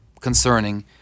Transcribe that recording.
concerning